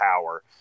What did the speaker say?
power